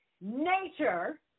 nature